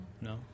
No